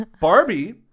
Barbie